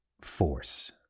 force